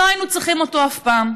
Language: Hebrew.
לא היינו צריכים אותו אף פעם.